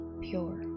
pure